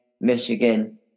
Michigan